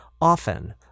often